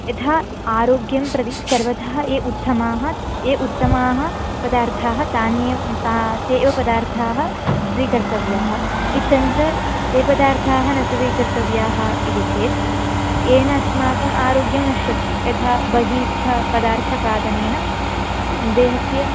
यथा आरोग्यं प्रति सर्वथा ये उत्तमाः ये उत्तमाः पदार्थाः तान्ये ता ते एव पदार्थाः स्वीकर्तव्याः इत्थञ्च ये पदार्थाः न स्वीकर्तव्याः इति चेत् येन अस्माकम् आरोग्यं नश्यति यथा बहिस्थपदार्थखादनेन देहस्य